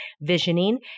visioning